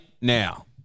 now